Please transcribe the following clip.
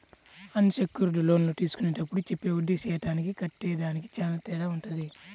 అన్ secured లోన్లు తీసుకునేప్పుడు చెప్పే వడ్డీ శాతానికి కట్టేదానికి చానా తేడా వుంటది